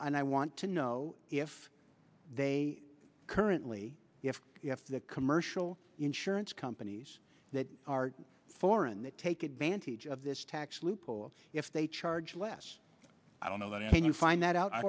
and i want to know if they currently if you have the commercial insurance companies that are foreign that take advantage of this tax loophole if they charge less i don't know that i can you find that out